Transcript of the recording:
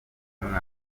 mwana